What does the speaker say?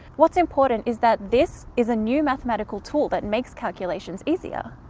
what's important is that this is a new mathematical tool that makes calculations easier.